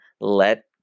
let